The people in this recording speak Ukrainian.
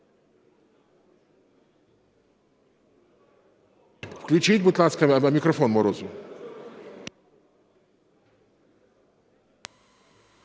Включіть, будь ласка, мікрофон Морозу.